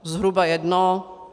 Zhruba jedno.